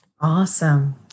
Awesome